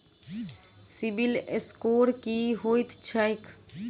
CIBIL score की होइत छैक?